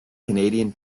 canadian